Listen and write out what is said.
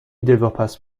دلواپس